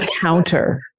counter